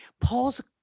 Paul's